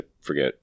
forget